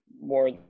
more